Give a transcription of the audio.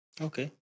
Okay